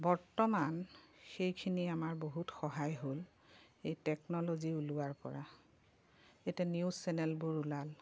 বৰ্তমান সেইখিনি আমাৰ বহুত সহায় হ'ল এই টেকন'লজি ওলোৱাৰ পৰা এই নিউজ চেনেলবোৰ ওলাল